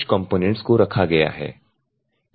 कुछ कंपोनेन्ट्स को रखा गया है